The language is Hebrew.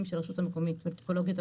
של הרשות המקומית ל- -- ולצפיפות.